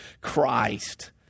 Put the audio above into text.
Christ